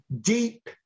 deep